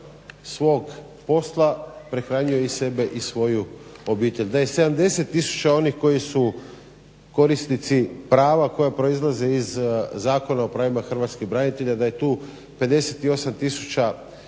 svog posla prehranjuju i sebe i svoju obitelj, da je 70 tisuća onih koji su korisnici prava koja proizlaze iz Zakona o pravima hrvatskih branitelja, da je tu 58